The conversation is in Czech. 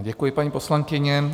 Děkuji, paní poslankyně.